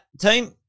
team